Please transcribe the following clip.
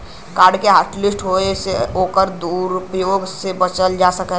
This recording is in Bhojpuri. कार्ड के हॉटलिस्ट होये से ओकर दुरूप्रयोग से बचल जा सकलै